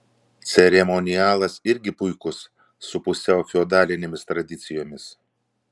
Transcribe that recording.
ceremonialas irgi puikus su pusiau feodalinėmis tradicijomis